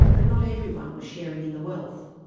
but not everyone was sharing in the wealth.